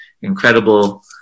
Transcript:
incredible